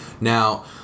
Now